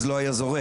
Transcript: אז לא היה זורק.